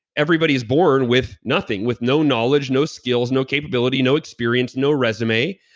everybody is born with nothing, with no knowledge no skills, no capability, no experience, no resume,